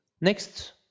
Next